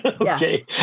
Okay